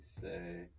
say